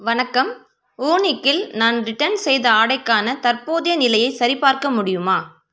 வணக்கம் ஊனிக்கில் நான் ரிட்டர்ன் செய்த ஆடைக்கான தற்போதைய நிலையை சரிபார்க்க முடியுமா